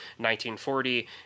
1940